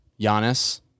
Giannis